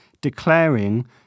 declaring